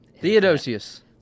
Theodosius